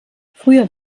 früher